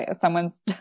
someone's